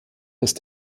ist